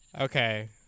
okay